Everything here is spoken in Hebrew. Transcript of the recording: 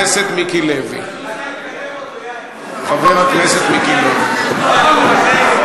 הביא רוח חיים למליאה בשעת לילה מאוחרת.